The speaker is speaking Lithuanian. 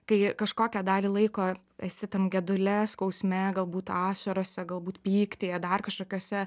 kai kažkokią dalį laiko esi tam gedule skausme galbūt ašarose galbūt pyktyje dar kažkokiuose